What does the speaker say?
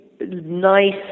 nice